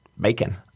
Bacon